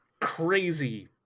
Crazy